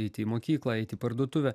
eiti į mokyklą eit į parduotuvę